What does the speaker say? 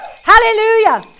Hallelujah